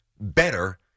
better